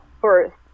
first